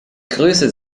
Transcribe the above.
grüße